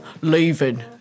Leaving